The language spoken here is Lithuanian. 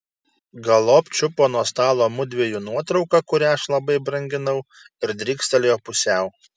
galop čiupo nuo stalo mudviejų nuotrauką kurią aš labai branginau ir drykstelėjo pusiau